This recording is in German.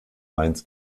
mainz